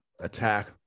attack